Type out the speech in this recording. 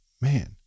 man